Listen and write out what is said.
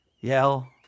yell